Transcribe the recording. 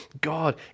God